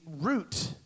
root